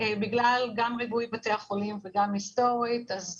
בגלל ריבוי בתי החולים וגם היסטורית יש